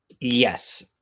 Yes